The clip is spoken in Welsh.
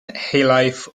helaeth